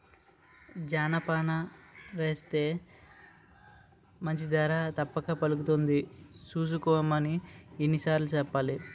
జనపనారేస్తే మంచి ధర తప్పక పలుకుతుంది సూసుకోమని ఎన్ని సార్లు సెప్పాలి?